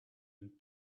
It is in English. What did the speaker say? and